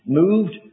moved